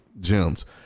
gems